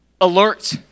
Alert